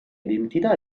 identità